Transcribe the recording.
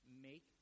make